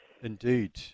Indeed